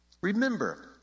Remember